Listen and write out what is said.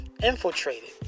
infiltrated